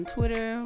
Twitter